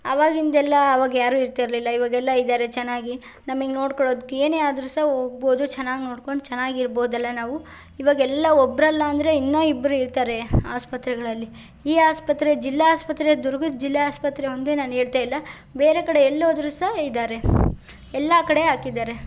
ಅವಾಗಿಂದೆಲ್ಲ ಅವಾಗ ಯಾರು ಇರ್ತಿರಲಿಲ್ಲ ಇವಾಗೆಲ್ಲ ಇದ್ದಾರೆ ಚೆನ್ನಾಗಿ ನಮಗ್ ನೋಡ್ಕೊಳೊದಕ್ಕೆ ಏನೇ ಆದರೂ ಸಹ ಹೋಗ್ಬೋದು ಚೆನ್ನಾಗ್ ನೋಡ್ಕೊಂಡು ಚೆನ್ನಾಗಿರ್ಬೋದಲ್ಲ ನಾವು ಇವಾಗೆಲ್ಲಾ ಒಬ್ಬರಲ್ಲಾ ಅಂದರೆ ಇನ್ನೂ ಇಬ್ಬರು ಇರ್ತಾರೆ ಆಸ್ಪತ್ರೆಗಳಲ್ಲಿ ಈ ಆಸ್ಪತ್ರೆ ಜಿಲ್ಲಾಸ್ಪತ್ರೆ ದುರ್ಗದ ಜಿಲ್ಲಾಸ್ಪತ್ರೆ ಒಂದೇ ನಾನು ಹೇಳ್ತಾಯಿಲ್ಲ ಬೇರೆ ಕಡೆ ಎಲ್ಲೋದರೂ ಸಹ ಇದ್ದಾರೆ ಎಲ್ಲ ಕಡೆ ಹಾಕಿದ್ದಾರೆ